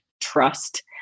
trust